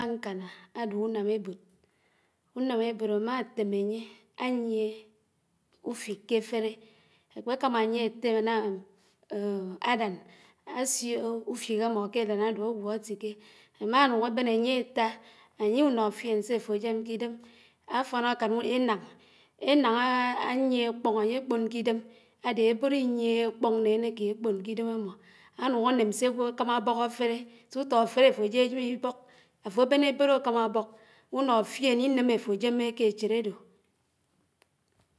Áñkáná ádé ùnám ébód. Únám ébód ámá átém ányé ányié ùfik ké áféré, ákékámá ányé átém ádán ásiò ùfík ámmó ké ádán ádé ágwó áfíké, ámánùñ ábén ányé átá ányé ùnòfíén sé áfò ájém k’ídém, áfón ákán énáñ, énáñ ángié ákpóñ ányé ákpóñ k’ídém, ádé ébòd ínyiéhé ákpóñ né ánéké ákpón k’ídém ámmó, ánùñ áném sé ágwò ákámá ábók áféré, sútó áféré áfó jéjém íbók, áfò úbén ébód ákámá úbók, ùnófién íném áfó jémmé k’é échid ádó.